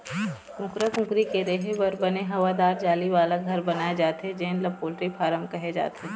कुकरा कुकरी के रेहे बर बने हवादार जाली वाला घर बनाए जाथे जेन ल पोल्टी फारम कहे जाथे